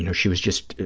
you know she was just,